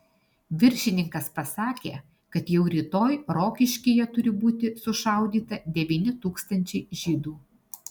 viršininkas pasakė kad jau rytoj rokiškyje turi būti sušaudyta devyni tūkstančiai žydų